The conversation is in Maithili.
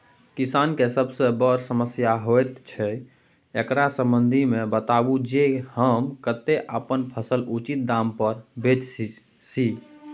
किसान के सबसे बर समस्या होयत अछि, एकरा संबंध मे बताबू जे हम कत्ते अपन फसल उचित दाम पर बेच सी?